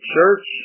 Church